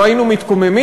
לא היינו מתקוממים?